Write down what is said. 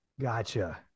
Gotcha